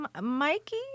Mikey